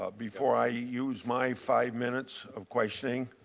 ah before i use my five minutes of questioning